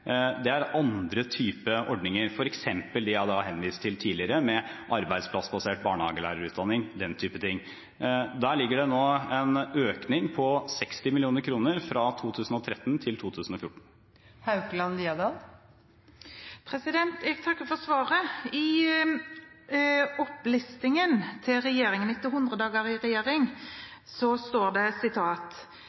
Det er andre typer ordninger, f.eks. dem jeg har henvist til tidligere, med arbeidsplassbasert barnehagelærerutdanning og den type ting. Der ligger det nå en økning på 60 mill. kr fra 2013 til 2014. Jeg takker for svaret. I regjeringens opplisting etter 100 dager i regjering står det